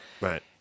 Right